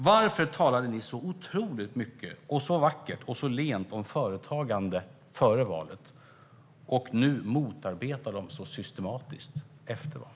Varför talade ni så otroligt mycket, vackert och lent om företagande före valet när ni nu motarbetar det så systematiskt efter valet?